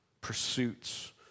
pursuits